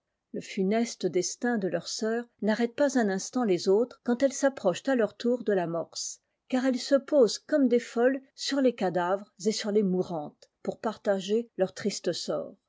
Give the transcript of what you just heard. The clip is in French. le funeste destin de leurs sœurs n'arrête pas un instant les autres quand elles s'approchent à leur tour de l'amorce car elles se posent comme des folles sur les cadavres et sur les mourantes pour partager leur triste sort